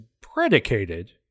predicated